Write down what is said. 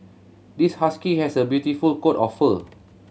this husky has a beautiful coat of fur